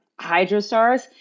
hydrostars